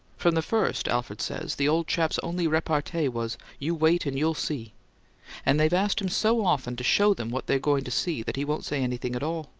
from the first, alfred says, the old chap's only repartee was, you wait and you'll see and they've asked him so often to show them what they're going to see that he won't say anything at all!